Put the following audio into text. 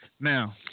now